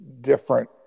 different